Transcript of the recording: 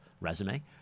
resume